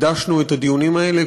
הקדשנו את הדיונים האלה,